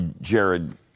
Jared